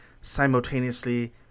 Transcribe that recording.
simultaneously